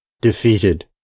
defeated